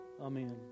Amen